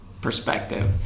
perspective